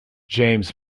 james